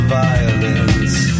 violence